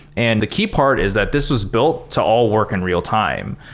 and the key part is that this was built to all work in real-time.